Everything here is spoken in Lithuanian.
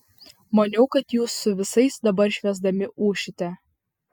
maniau kad jūs su visais dabar švęsdami ūšite